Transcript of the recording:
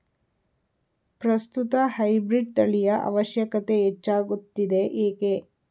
ಪ್ರಸ್ತುತ ಹೈಬ್ರೀಡ್ ತಳಿಯ ಅವಶ್ಯಕತೆ ಹೆಚ್ಚಾಗುತ್ತಿದೆ ಏಕೆ?